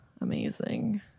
amazing